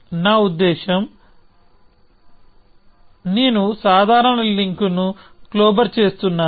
నా ఉద్దేశ్యం నేను సాధారణ లింక్ ను క్లోబర్ చేస్తున్నాను